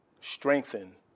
strengthen